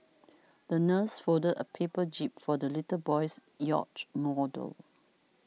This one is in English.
the nurse folded a paper jib for the little boy's yacht model